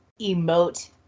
emote